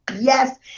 Yes